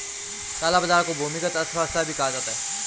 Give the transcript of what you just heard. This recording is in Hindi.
काला बाजार को भूमिगत अर्थव्यवस्था भी कहते हैं